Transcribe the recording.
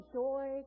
joy